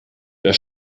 der